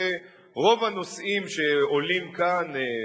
רוב הנושאים שעולים כאן,